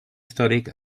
històric